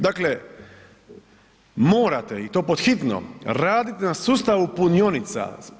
Dakle, morate i to pod hitno raditi na sustavu punionica.